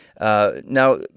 Now